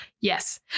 yes